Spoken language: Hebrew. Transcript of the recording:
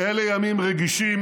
אלה ימים רגישים